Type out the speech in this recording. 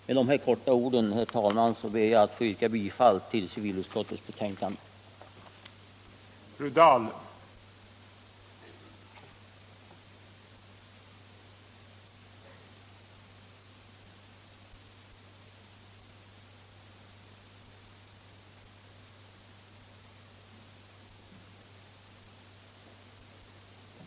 Med dessa få ord, herr talman, ber jag att få yrka bifall till civilutskottets hemställan i dess betänkanden nr 22 och 26.